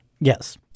Yes